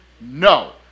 No